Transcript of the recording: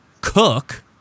cook